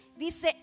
Dice